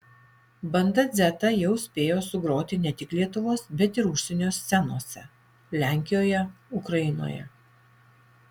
banda dzeta jau spėjo sugroti ne tik lietuvos bet ir užsienio scenose lenkijoje ukrainoje